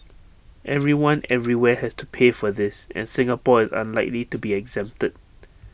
everyone everywhere has to pay for this and Singapore is unlikely to be exempted